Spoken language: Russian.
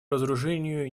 разоружению